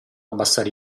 abbassare